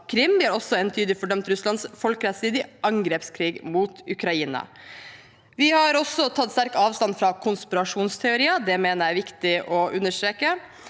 Vi har også entydig fordømt Russlands folkerettsstridige angrepskrig mot Ukraina. Vi har også tatt sterkt avstand fra konspirasjonsteorier. Det mener jeg er viktig å understreke.